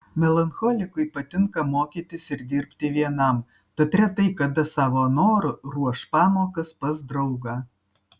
melancholikui patinka mokytis ir dirbti vienam tad retai kada savo noru ruoš pamokas pas draugą